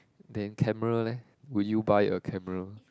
then camera leh would you buy a camera